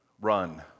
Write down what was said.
run